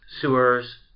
sewers